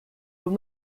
aux